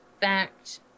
fact